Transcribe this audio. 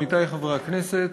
עמיתי חברי הכנסת,